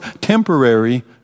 temporary